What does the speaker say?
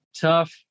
tough